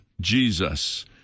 Jesus